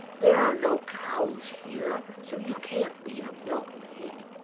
there are no cows here, so you can't be a milkmaid.